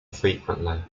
frequently